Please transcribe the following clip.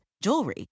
jewelry